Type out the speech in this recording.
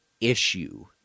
issue